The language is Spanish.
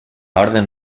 orden